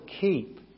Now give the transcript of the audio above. keep